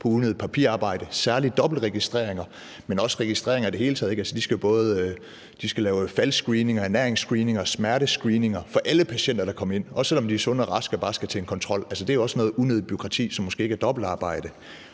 på unødig papirarbejde, særlig dobbeltregistreringer, men også registreringer i det hele taget. De skal lave faldscreeninger, ernæringsscreeninger, smertescreeninger for alle patienter, der kommer ind, også selv om de er sunde og raske og bare skal til en kontrol. Altså, det er også noget unødig bureaukrati, som måske ikke er dobbeltarbejde.